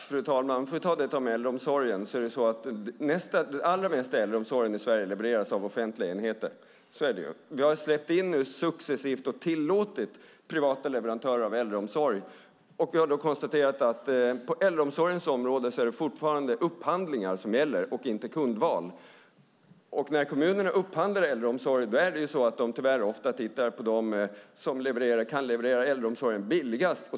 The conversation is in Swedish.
Fru talman! För att ta frågan om äldreomsorgen är det så att den allra mesta äldreomsorgen i Sverige levereras av offentliga enheter. Så är det ju. Vi har successivt släppt in och tillåtit privata leverantörer av äldreomsorg, och vi har då konstaterat att på äldreomsorgens område är det fortfarande upphandlingar som gäller och inte kundval. När kommunerna upphandlar äldreomsorg tittar de tyvärr ofta på dem som kan leverera äldreomsorgen billigast.